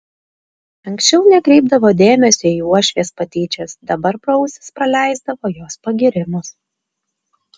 anksčiau nekreipdavo dėmesio į uošvės patyčias dabar pro ausis praleisdavo jos pagyrimus